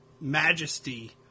majesty